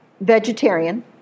vegetarian